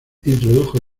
introdujo